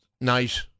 nice